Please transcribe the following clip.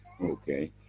okay